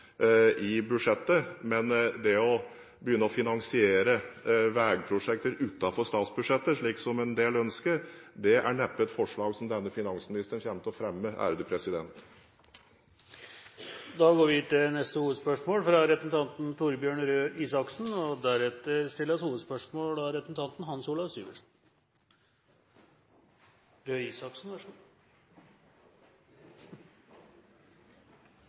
budsjettet. Men det å begynne å finansiere vegprosjekter utenfor statsbudsjettet, slik som en del ønsker, er neppe et forslag som denne finansministeren kommer til å fremme. Vi går til neste hovedspørsmål.